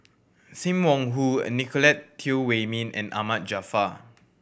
Sim Wong Hoo a Nicolette Teo Wei Min and Ahmad Jaafar